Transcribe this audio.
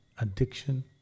Addiction